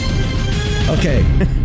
Okay